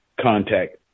contact